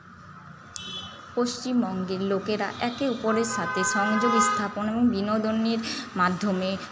পশ্চিমবঙ্গের লোকেরা একে ওপরের সাথে সংযোগ স্থাপন এবং বিনোদনের মাধ্যমে